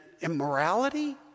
immorality